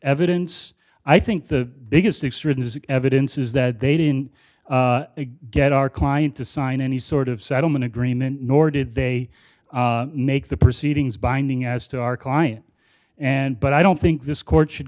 evidence i think the biggest extrinsic evidence is that they didn't get our client to sign any sort of settlement agreement nor did they make the proceedings binding as to our client and but i don't think this court should